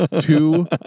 two